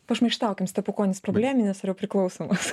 pašmaikštaukim stepukonis probleminis ar jau priklausomas